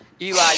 Eli